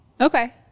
Okay